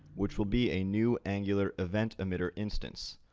which will be a new angular eventemitter instance.